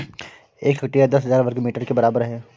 एक हेक्टेयर दस हजार वर्ग मीटर के बराबर है